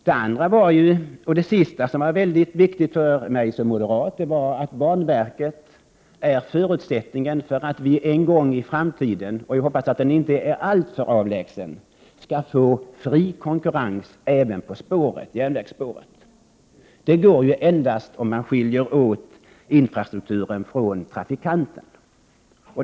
Vad som var väldigt viktigt för mig som moderat var att man sade att banverket var förutsättningen för att vi en gång i en inte alltför avlägsen framtid skall få fri konkurrens även på järnvägsspåret. Det går endast om man skiljer infrastrukturen från trafikanterna.